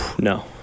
no